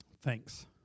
Thanks